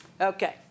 Okay